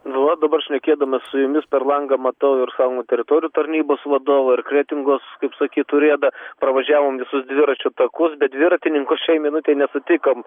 nu va dabar šnekėdamas su jumis per langą matau ir chamų teritorijų tarnybos vadovą ir kretingos kaip sakyt urėdą pravažiavom visus dviračių takus bet dviratininkų šiai minutei nesutikom